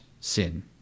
sin